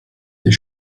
des